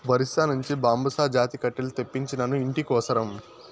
ఒరిస్సా నుంచి బాంబుసా జాతి కట్టెలు తెప్పించినాను, ఇంటి కోసరం